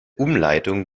umleitung